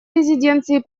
резиденцией